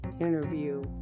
interview